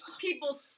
people